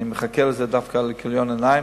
אני מחכה לזה דווקא בכיליון עיניים,